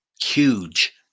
Huge